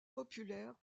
populaire